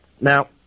Now